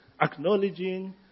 acknowledging